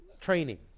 training